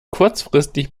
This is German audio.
kurzfristig